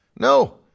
No